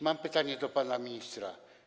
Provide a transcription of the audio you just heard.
Mam pytanie do pana ministra.